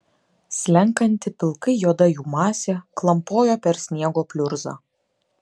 slenkanti pilkai juoda jų masė klampojo per sniego pliurzą